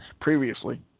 previously